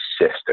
sister